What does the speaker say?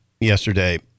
yesterday